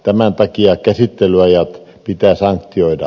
tämän takia käsittelyajat pitää sanktioida